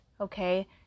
okay